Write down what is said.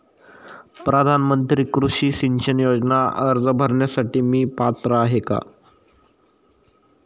प्रधानमंत्री कृषी सिंचन योजना अर्ज भरण्यासाठी मी पात्र आहे का?